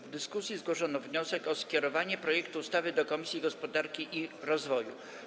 W dyskusji zgłoszono wniosek o skierowanie projektu ustawy do Komisji Gospodarki i Rozwoju.